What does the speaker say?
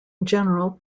general